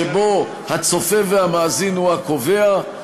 שבו הצופה והמאזין הם הקובעים,